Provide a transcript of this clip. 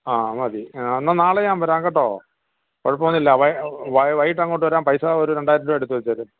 ആ മതി എന്നാൽ നാളെ ഞാൻ വരാം കേട്ടോ കുഴപ്പം ഒന്നും ഇല്ല വൈ വൈകിട്ട് അങ്ങോട്ട് വരാം പൈസാ ഒര് രണ്ടായിരം രൂപ എടുത്ത് വച്ചേര്